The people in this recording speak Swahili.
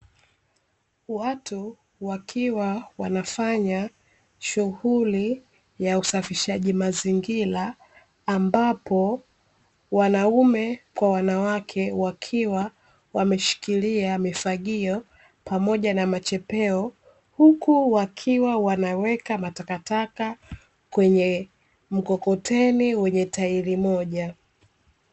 Watu wakiwa wanafanya shughuli ya usafishaji mazingira, ambapo wanaume kwa wanawake wakiwa wameshikilia mifagio pamoja na machepeo, huku wakiwa wanaweka matakataka kwenye mkokoteni wenye tairi moja.